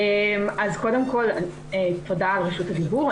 קודם כל תודה על רשות הדיבור,